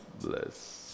Bless